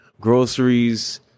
groceries